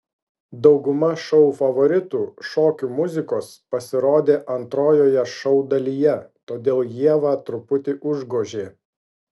dauguma šou favoritų šokių muzikos pasirodė antrojoje šou dalyje todėl ievą truputį užgožė